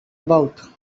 about